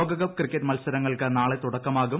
ലോകകപ്പ് ക്രിക്കറ്റ് മത്സരങ്ങൾക്ക് നാളെ തുടക്കമാകും